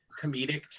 comedic